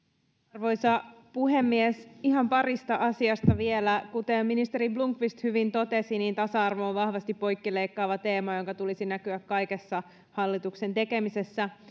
arvoisa puhemies ihan parista asiasta vielä kuten ministeri blomqvist hyvin totesi tasa arvo on vahvasti poikkileikkaava teema jonka tulisi näkyä kaikessa hallituksen tekemisessä